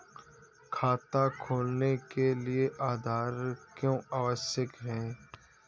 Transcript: खाता खोलने के लिए आधार क्यो आवश्यक है?